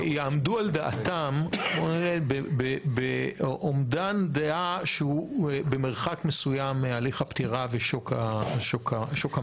יעמדו על דעתם באומדן דעה שהוא במרחק מסוים מהליך הפטירה ושוק המוות.